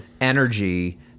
energy